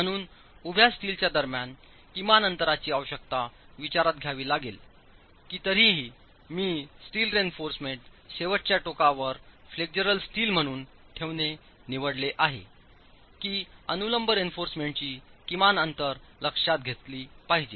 म्हणून उभ्या स्टीलच्या दरम्यान किमान अंतरांची आवश्यकता विचारात घ्यावी लागेल की तरीही मी स्टील रेइन्फॉर्समेंट शेवटच्या टोकांवर फ्लेक्चरल स्टील म्हणून ठेवणे निवडले आहे की अनुलंब रेइन्फॉर्समेंट ची किमान अंतर लक्षात घेतली पाहिजे